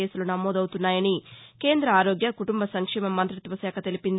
కేసులు నమోదవుతున్నాయని కేంద ఆరోగ్య కుటుంబ సంక్షేమ మంతిత్వ శాఖ తెలిపింది